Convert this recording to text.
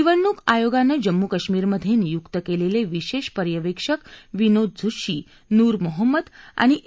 निवडणूक आयोगानं जम्मू काश्मीरमध्ये नियुक केलेले विशेष पर्यवेक्षक विनोद झुत्शी नूर मोहम्मद आणि ए